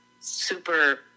super